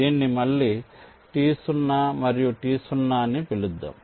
దాన్ని మళ్ళీ T0 మరియు T0 అని పిలుద్దాం